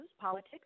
politics